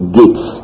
gates